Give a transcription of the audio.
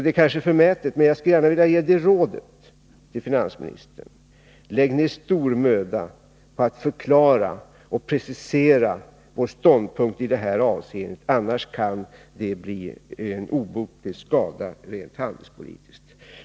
Det kanske är förmätet av mig, men jag skulle gärna vilja ge detta råd till finansministern: Lägg ner stor möda på att förklara och precisera vår ståndpunkt i det här avseendet, för annars kan det bli obotlig skada rent handelspolitiskt.